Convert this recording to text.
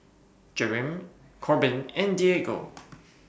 Jereme Corbin and Diego